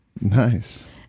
Nice